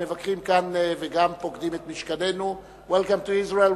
המבקרים כאן ופוקדים את משכננו.Welcome to Israel,